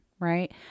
right